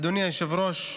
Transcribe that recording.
אדוני היושב-ראש,